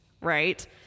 right